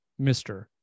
Mr